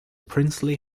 princely